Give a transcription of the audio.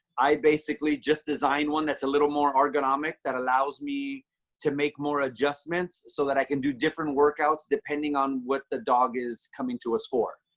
i basically just design one that's a little more ergonomic that allows me to make more adjustments so that i can do different workouts depending on what the dog is coming to us for.